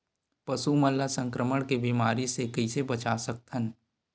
पशु मन ला संक्रमण के बीमारी से कइसे बचा सकथन?